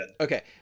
Okay